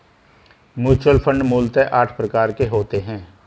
mutual fund मूलतः आठ प्रकार के होते हैं